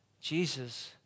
Jesus